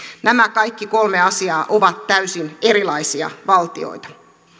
nämä kaikki kolme asiaa ovat täysin erilaisia valtioita